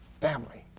family